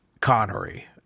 Connery